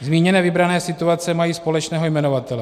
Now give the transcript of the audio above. Zmíněné vybrané situace mají společného jmenovatele.